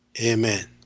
amen